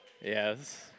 Yes